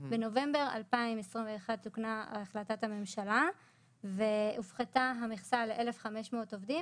בנובמבר 2021 תוקנה החלטת הממשלה והופחתה המכסה ל-1,500 עובדים,